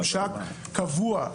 י.ש.: יש ממשק קבוע.